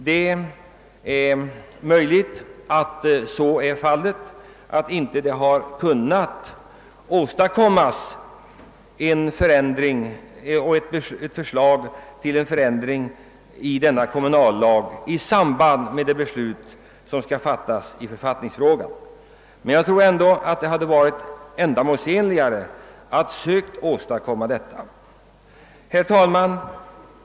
Det är möjligt att det inte har kunnat framläggas förslag till en förändring i denna kommunallag i samband med det beslut som skall fattas i författningsfrågan. Men jag tror ändå att det hade varit bättre att söka åstadkomma ett sådant förslag. Herr talman!